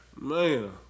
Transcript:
Man